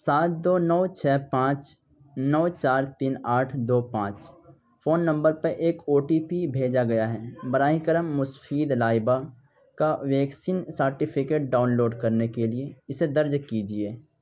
سات دو نو چھ پانچ نو چار تین آٹھ دو پانچ فون نمبر پر ایک او ٹی پی بھیجا گیا ہے براہ کرم مسفید لائبہ کا ویکسین سرٹیفکیٹ ڈاؤن لوڈ کرنے کے لیے اسے درج کیجیے